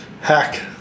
Hack